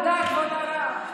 תודה, כבוד הרב.